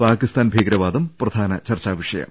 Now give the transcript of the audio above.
പാകിസ്ഥാൻ ഭീകരവാദം പ്രധാന ചർച്ചാ വിഷയം